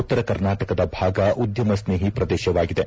ಉತ್ತರ ಕರ್ನಾಟಕದ ಭಾಗ ಉದ್ದಮ ಸ್ನೇಹಿ ಪ್ರದೇಶವಾಗಿದೆ